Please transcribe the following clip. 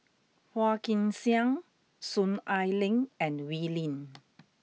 Phua Kin Siang Soon Ai Ling and Wee Lin